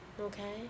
Okay